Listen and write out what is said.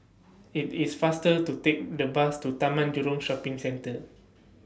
IT IS faster to Take The Bus to Taman Jurong Shopping Centre